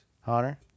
Hunter